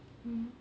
mm